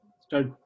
start